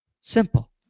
Simple